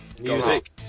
Music